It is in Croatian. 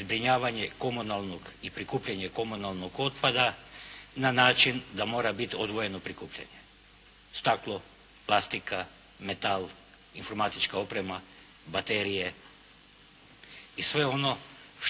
zbrinjavanje komunalnog i prikupljanje komunalnog otpada na način da mora biti odvojeno prikupljanje, staklo, plastika, metal, informatička oprema, baterije i sve ono